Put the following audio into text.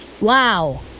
Wow